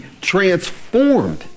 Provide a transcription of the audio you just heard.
transformed